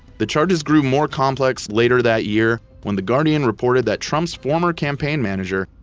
the charges grew more complex later that year when the guardian reported that trump's former campaign manager,